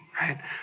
right